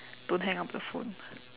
don't hang up the phone